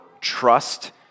trust